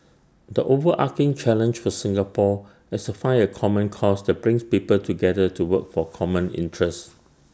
the overarching challenge for Singapore is to find A common cause that brings people together to work for common interests